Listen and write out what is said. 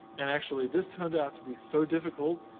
and actually, this turned out to be so difficult,